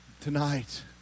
Tonight